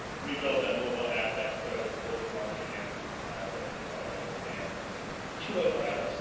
we build a mobile app that serves both market and service providers and consumers. two-way marketplace.